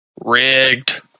Rigged